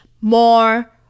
more